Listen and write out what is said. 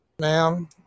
Ma'am